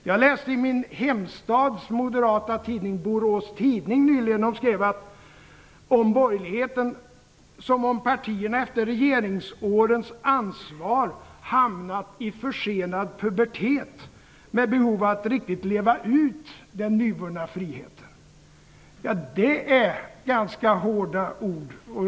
Jag läste i min hemstads moderata tidning, Borås tidning, där man nyligen skrev att borgerligheten agerade som om partierna efter regeringsårens ansvar hamnat i försenad pubertet med behov att riktigt leva ut den nyvunna friheten. Det är ganska hårda ord.